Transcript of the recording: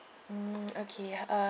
mm okay uh